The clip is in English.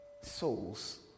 souls